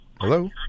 Hello